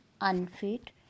unfit